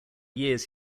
years